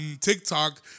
TikTok